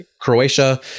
Croatia